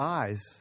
eyes